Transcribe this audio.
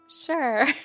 Sure